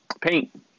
Paint